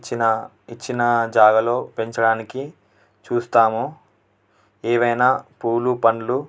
ఇచ్చిన ఇచ్చిన జాగాలో పెంచడానికి చూస్తాము ఏవైనా పూలు పళ్ళు